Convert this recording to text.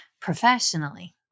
Professionally